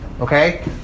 Okay